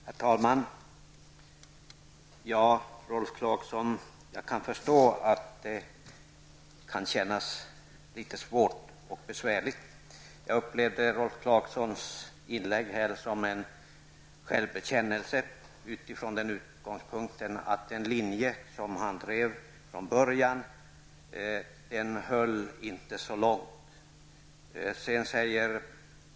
Herr talman! Jag förstår, Rolf Clarkson, att det kan kännas litet svårt och besvärligt. Jag har upplevt Rolf Clarksons inlägg här som en självbekännelse från den utgångspunkten att den linje som han från början drev inte höll så långt.